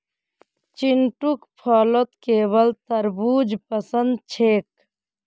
चिंटूक फलत केवल तरबू ज पसंद छेक